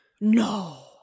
No